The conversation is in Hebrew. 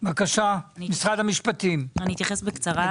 אני אתייחס בקצרה.